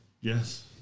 Yes